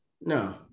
No